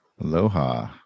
Aloha